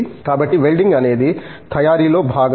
కాబట్టి వెల్డింగ్ అనేది తయారీలో భాగము